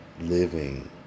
living